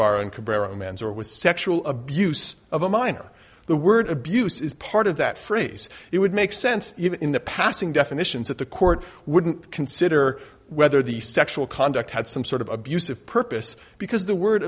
was sexual abuse of a minor the word abuse is part of that phrase it would make sense even in the passing definitions that the court wouldn't consider whether the sexual conduct had some sort of abusive purpose because the word